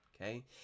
okay